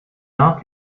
arc